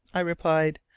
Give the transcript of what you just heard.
i replied,